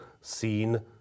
seen